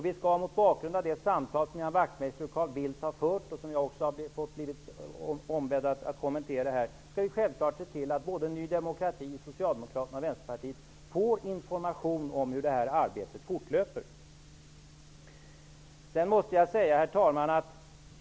Vi skall mot bakgrund av de samtal som Ian Wachtmeister och Carl Bildt har fört, som jag här också har blivit ombedd att kommentera, självfallet se till att Ny demokrati, Socialdemokraterna och Vänsterpartiet får information om hur detta arbete fortlöper. Herr talman!